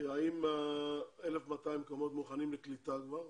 האם ה-1,200 מקומות מוכנים לקליטה כבר?